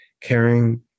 caring